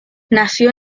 nació